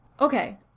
Okay